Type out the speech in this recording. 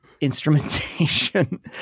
instrumentation